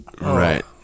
right